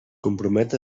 compromet